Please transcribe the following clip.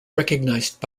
recognized